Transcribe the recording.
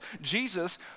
Jesus